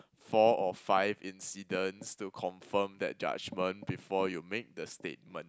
four or five incidents to confirm that judgement before you make the statement